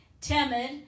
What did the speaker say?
timid